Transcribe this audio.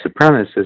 supremacists